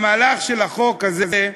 המהלך של החוק הזה,